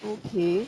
okay